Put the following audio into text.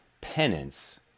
penance